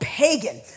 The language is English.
pagan